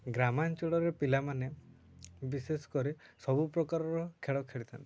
ଗ୍ରାମାଞ୍ଚଳରେ ପିଲାମାନେ ବିଶେଷ କରି ସବୁ ପ୍ରକାରର ଖେଳ ଖେଳିଥାନ୍ତି